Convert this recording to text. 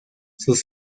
sus